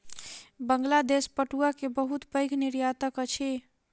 बांग्लादेश पटुआ के बहुत पैघ निर्यातक अछि